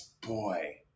boy